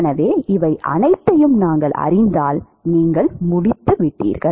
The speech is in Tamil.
எனவே இவை அனைத்தையும் நாங்கள் அறிந்தால் நீங்கள் முடித்துவிட்டீர்கள்